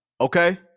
Okay